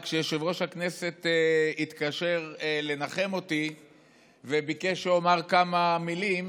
וכשיושב-ראש הכנסת התקשר לנחם אותי וביקש שאומר כמה מילים,